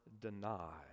deny